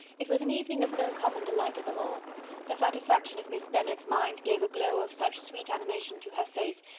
it was an evening of no common delight to them all the satisfaction of miss bennet's mind gave a glow of such sweet animation to her face,